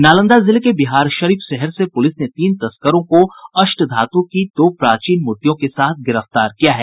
नालंदा जिले के बिहारशरीफ शहर से पूलिस ने तीन तस्करों को अष्टधातु की दो प्राचीन मूर्तियों के साथ गिरफ्तार किया है